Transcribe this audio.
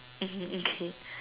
okay